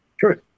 Sure